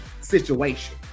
situation